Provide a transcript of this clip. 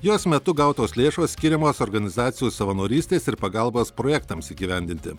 jos metu gautos lėšos skiriamos organizacijų savanorystės ir pagalbos projektams įgyvendinti